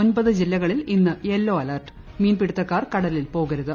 ഒൻപത് ജില്ലകളിൽ ഇന്ന് യെല്ലോ അലേർട്ട് മീൻ പിടുത്തക്കാർ കടലിൽ പോകരുത്